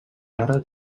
ara